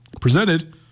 presented